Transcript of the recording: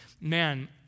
man